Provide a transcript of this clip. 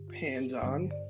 hands-on